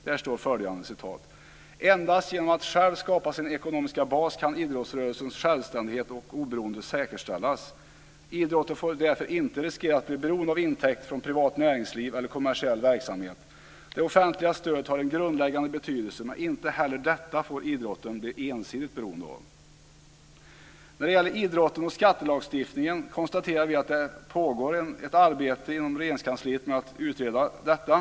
Där står följande: "Endast genom att själv skapa sin ekonomiska bas kan idrottsrörelsens självständighet och oberoende säkerställas. Idrotten får därför inte riskera att bli beroende av intäkter från privat näringsliv eller kommersiell verksamhet. Det offentliga stödet har en grundläggande betydelse, men inte heller detta får idrotten bli ensidigt beroende av." När det gäller idrotten och skattelagstiftningen konstaterar vi att det pågår ett arbete i Regeringskansliet med att utreda detta.